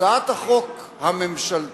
הצעת החוק הממשלתית,